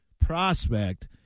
prospect